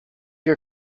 your